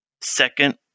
Second